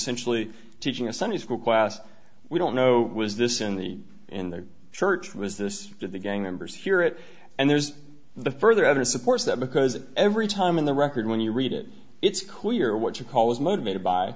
sentially teaching a sunday school class we don't know was this in the in the church was this the gang members hear it and there's the further evidence supports that because every time in the record when you read it it's clear what your call is motivated by